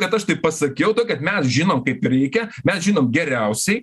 kad aš taip pasakiau kad mes žinom kaip reikia mes žinom geriausiai